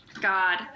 god